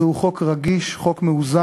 זהו חוק רגיש, חוק מאוזן,